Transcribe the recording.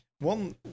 One